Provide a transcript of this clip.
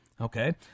okay